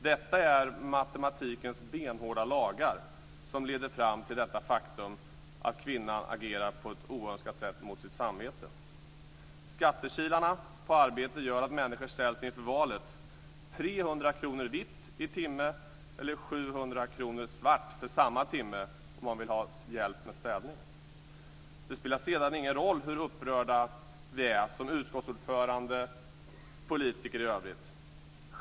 Det är matematikens benhårda lagar som leder fram till det faktum att den här kvinnan agerar på ett oönskat sätt och mot sitt samvete. Skattekilarna på arbete gör att människor ställs inför valet: 300 kr vitt i timmen, eller 700 kr svart för samma timme, om man vill ha hjälp med städning. Det spelar sedan ingen roll hur upprörda vi är som utskottsordförande eller politiker i övrigt.